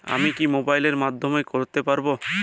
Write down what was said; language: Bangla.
আমি কি মোবাইলের মাধ্যমে করতে পারব?